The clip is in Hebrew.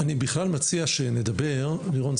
אני בכלל מציע שנדבר לירון,